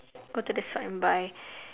go to the shop and buy